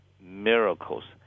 Miracles